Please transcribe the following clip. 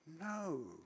No